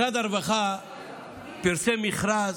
משרד הרווחה פרסם מכרז